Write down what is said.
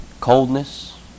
coldness